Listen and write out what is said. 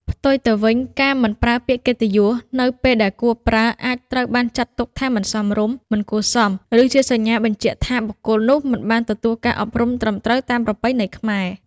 ផ្ទុយទៅវិញ ការមិនប្រើពាក្យកិត្តិយស នៅពេលដែលគួរប្រើ អាចត្រូវបានចាត់ទុកថាមិនសមរម្យ មិនគួរសម ឬជាសញ្ញាបញ្ជាក់ថាបុគ្គលនោះមិនបានទទួលការអប់រំត្រឹមត្រូវតាមប្រពៃណីខ្មែរ។